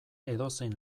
edozein